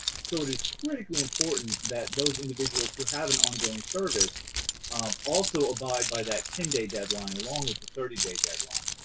so it is critically important that those individuals who have an ongoing service also abide by that ten-day deadline, along with the thirty day deadline,